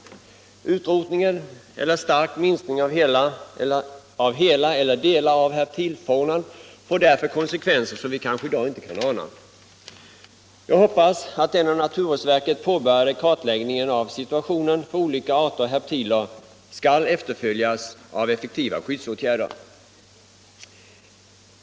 Utrotning eller stark minskning av hela eller delar av herptilfaunan får därför konsekvenser som vi kanske i dag inte anar. Jag hoppas att den av naturvårdsverket påbörjade kartläggningen av situationen för olika arter herptiler skall efterföljas av effektiva skyddsåtgärder.